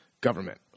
government